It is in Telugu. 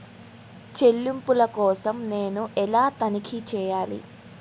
చెల్లింపుల కోసం నేను ఎలా తనిఖీ చేయాలి?